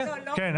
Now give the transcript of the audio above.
כן, כן.